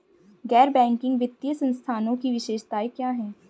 गैर बैंकिंग वित्तीय संस्थानों की विशेषताएं क्या हैं?